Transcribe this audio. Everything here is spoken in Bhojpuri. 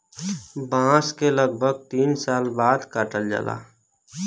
बांस के लगभग तीन साल बाद काटल जाला